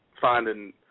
finding